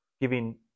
giving